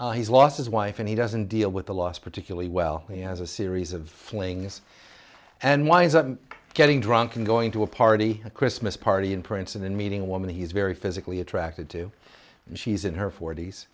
ago he's lost his wife and he doesn't deal with the loss particularly well he has a series of flings and winds up getting drunk and going to a party a christmas party in princeton and meeting a woman he's very physically attracted to and she's in her fort